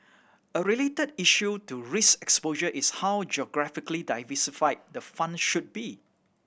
a related issue to risk exposure is how geographically diversified the fund should be